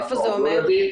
אנחנו עוד לא יודעים.